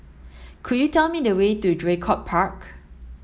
could you tell me the way to Draycott Park